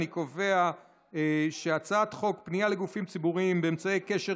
אני קובע שהצעת חוק פנייה לגופים ציבוריים באמצעי קשר